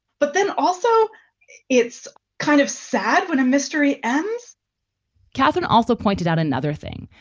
but then also it's kind of sad when a mystery ends catherine also pointed out another thing,